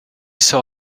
saw